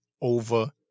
over